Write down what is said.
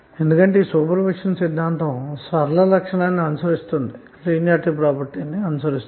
ఎందుకంటే సూపర్పొజిషన్ సిద్ధాంతం అన్నది సరళ లక్షణాన్ని అనుసరిస్తుంది